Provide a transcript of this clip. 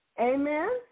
Amen